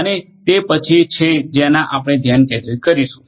અને તે પછી છે જેના આપણે ધ્યાન કેન્દ્રિત કરીશું